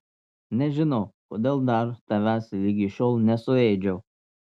nežinau kodėl dar tavęs ligi šiol nesuėdžiau